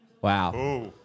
Wow